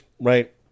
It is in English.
right